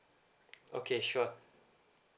okay sure